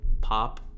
pop